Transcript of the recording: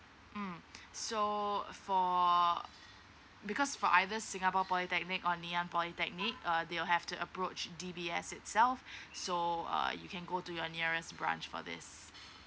mm so for because for either singapore polytechnic or nan yang polytechnic uh they will have to approacH_D_B S itself so uh you can go to your nearest branch for this